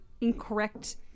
incorrect